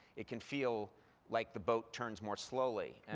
it can feel like the boat turns more slowly.